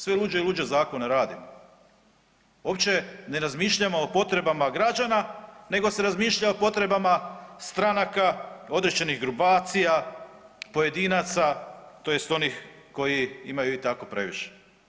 Sve luđe i luđe zakone radimo uopće ne razmišljamo o potrebama građana nego se razmišlja o potrebama stranaka, određenih grupacija, pojedinaca tj. onih koji imaju i tako previše.